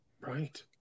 Right